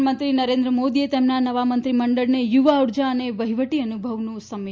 પ્રધાનમંત્રી નરેન્દ્ર મોદીએ તેમના નવાં મંત્રીમંડળને યુવા ઉર્જા અને વફીવટી અનુભવનું સંમિશ્રણ ગણાવ્યું